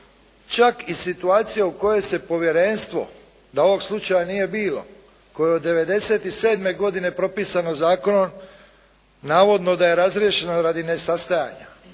čak i situacija u kojoj se povjerenstvo da ovog slučaja nije bilo koje je od 1997. godine propisano zakonom navodno da je razriješeno radi nesastajanja.